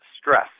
stress